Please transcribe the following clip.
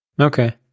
Okay